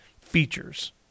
features